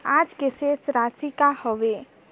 आज के शेष राशि का हवे?